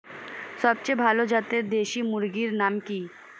সবচেয়ে ভালো জাতের দেশি মুরগির নাম কি?